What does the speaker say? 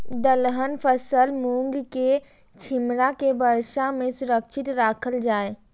दलहन फसल मूँग के छिमरा के वर्षा में सुरक्षित राखल जाय?